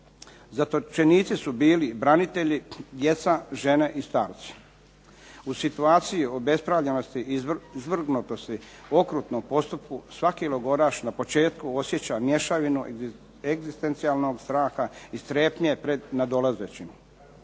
Zatočenici su bili branitelji, djeca, žene i starci. U situaciji obespravljenosti i izvrgnutosti okrutnog postupka svaki logoraš na početku osjeća mješavinu egzistencijalnog straha i strepnje pred nadolazećim.